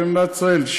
של מדינת ישראל,